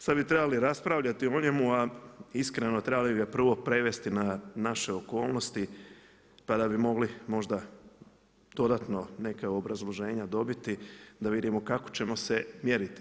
Sada bi trebali raspravljati o njemu, a iskreno trebali bi ga prvo prevesti na naše okolnosti pa da bi mogli možda dodatno neka obrazloženja dobiti da vidimo kako ćemo se mjeriti.